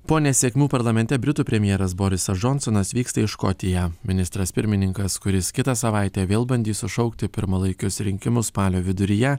po nesėkmių parlamente britų premjeras borisas džonsonas vyksta į škotiją ministras pirmininkas kuris kitą savaitę vėl bandys sušaukti pirmalaikius rinkimus spalio viduryje